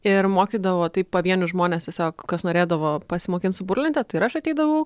ir mokydavo tai pavienius žmones tiesiog kas norėdavo pasimokint su burlente tai ir aš ateidavau